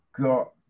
got